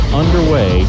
underway